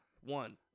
one